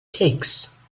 cakes